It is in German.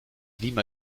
lima